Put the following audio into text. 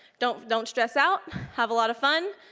don't don't stress out. have a lot of fun.